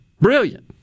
Brilliant